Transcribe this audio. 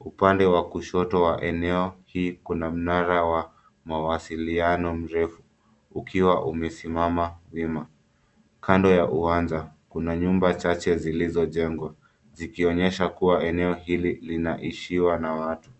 Upande wa kushoto wa eneo hii kuna mnara wa mawasiliano mrefu ukiwa umesimama wima. Kando ya uwanja kuna nyumba chache zilizojengwa zikionyesha kuwa eneo hili linaishiwa na watu.